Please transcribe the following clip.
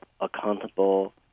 accountable